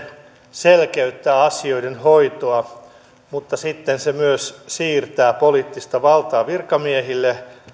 selkeyttää asioiden hoitoa mutta sitten se myös siirtää poliittista valtaa virkamiehille